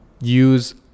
use